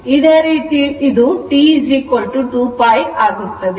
ಇದೇ ರೀತಿಇದು T 2π ಆಗುತ್ತದೆ